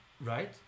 right